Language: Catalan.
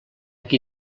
qui